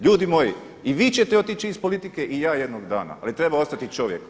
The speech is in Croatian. Ljudi moji i vi ćete otići iz politike i ja jednog dana, ali treba ostati čovjek.